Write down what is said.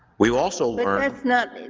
we also learned that's not.